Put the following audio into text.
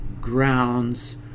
grounds